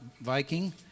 Viking